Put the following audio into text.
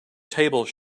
tables